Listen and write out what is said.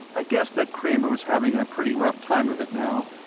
i guessed that kramer was having a pretty rough time of it now.